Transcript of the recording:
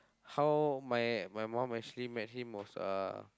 how my my mum actually met him was uh